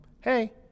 hey